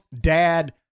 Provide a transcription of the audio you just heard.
dad